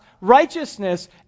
righteousness